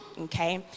Okay